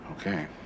Okay